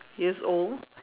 years old